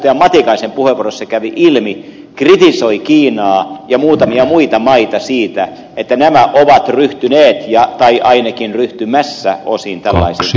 matikainen kallströmin puheenvuorosta kävi ilmi kritisoi kiinaa ja muutamia muita maita siitä että nämä ovat ryhtyneet tai ainakin ryhtymässä osin tällaisiin toimenpiteisiin